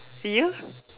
you